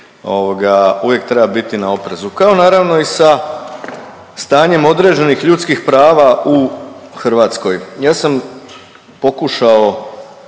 uvijek treba biti na oprezu, kao naravno i sa stanjem određenih ljudskih prava u Hrvatskoj. Ja sam pokušao